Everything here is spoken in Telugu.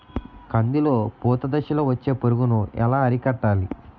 కందిలో పూత దశలో వచ్చే పురుగును ఎలా అరికట్టాలి?